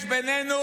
יש בינינו